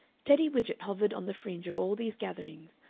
teddy widgett hovered on the fringe of all these gatherings,